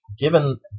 Given